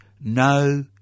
No